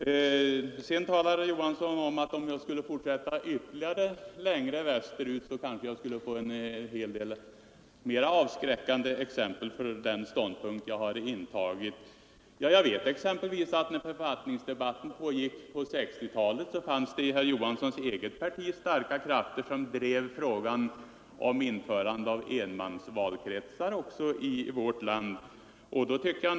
Sedan sade herr Johansson att om jag fortsatte ytterligare längre västerut, så skulle jag kanske finna flera exempel som talade emot den ståndpunkt jag intagit. När författningsdebatten pågick på 1960-talet fanns det i herr Johanssons eget parti starka krafter som drev frågan om införande av enmansvalkretsar i vårt land.